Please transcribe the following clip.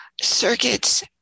circuits